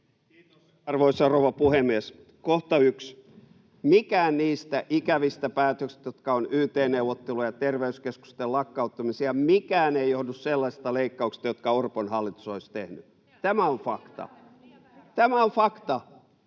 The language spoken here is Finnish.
Kiitos, arvoisa rouva puhemies! 1) Mitkään niistä ikävistä päätöksistä, jotka ovat yt-neuvotteluja ja terveyskeskusten lakkauttamisia, eivät johdu sellaisista leikkauksista, jotka Orpon hallitus olisi tehnyt. [Hanna-Leena